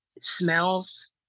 smells